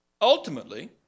Ultimately